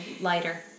lighter